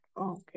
Okay